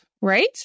right